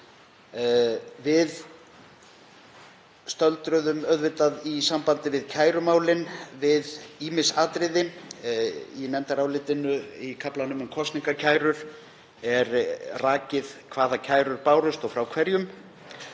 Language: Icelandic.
Við stöldruðum auðvitað, í sambandi við kærumálin, við ýmis atriði. Í nefndarálitinu, í kaflanum um kosningakærur, er rakið hvaða kærur bárust og frá hverjum